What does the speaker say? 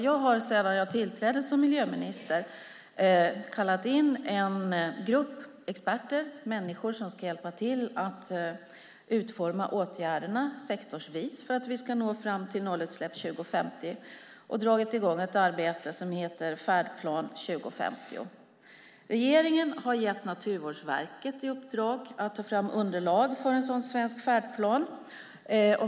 Jag har sedan jag tillträdde som miljöminister kallat in en grupp experter, människor som ska hjälpa till att utforma åtgärderna sektorsvis för att vi ska nå fram till nollutsläpp 2050, och dragit i gång ett arbete som heter Färdplan 2050. Regeringen har gett Naturvårdsverket i uppdrag att ta fram underlag för en sådan svensk färdplan.